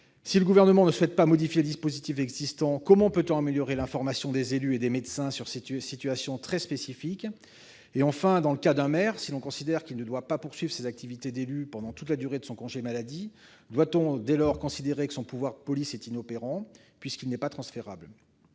Si le Gouvernement ne souhaite pas modifier le dispositif existant, comment améliorer l'information des élus et des médecins sur ces situations très spécifiques ? Enfin, dans le cas d'un maire, si l'on considère qu'il ne doit pas poursuivre ses activités d'élu pendant toute la durée de son congé maladie, doit-on, dès lors, considérer que son pouvoir de police est inopérant, ce dernier n'étant pas transférable ?